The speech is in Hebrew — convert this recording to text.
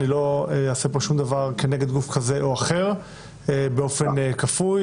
אני לא אעשה פה שום דבר כנגד גוף כזה או אחר באופן כפוי,